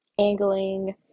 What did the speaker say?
angling